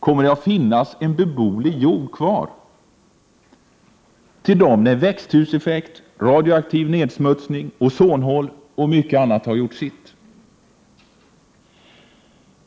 Kommer det att finnas en beboelig jord kvar till dem när växthuseffekt, radioaktiv nedsmutning, ozonhål och mycket annat har gjort sitt?